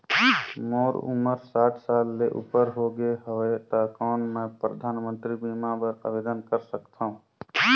मोर उमर साठ साल ले उपर हो गे हवय त कौन मैं परधानमंतरी बीमा बर आवेदन कर सकथव?